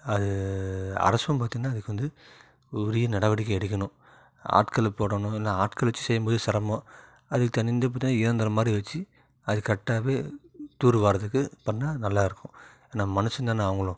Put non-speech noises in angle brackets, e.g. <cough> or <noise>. அது அரசும் பார்த்தின்னா அதுக்கு வந்து உரிய நடவடிக்கை எடுக்கணும் ஆட்கள் போடணும் இல்லைனா ஆட்கள் வச்சு செய்யும் போது சிரமோம் அதுக்கு <unintelligible> இயந்திரம் மாதிரி வச்சு அது கரெக்டாவே தூர் வாருறதுக்கு பண்ணிணா நல்லா இருக்கும் நம்ம மனுஷன் தானே அவங்களும்